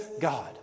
God